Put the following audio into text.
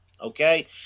Okay